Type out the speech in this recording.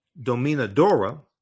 Dominadora